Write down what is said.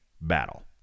battle